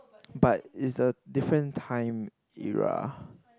but it's a different time era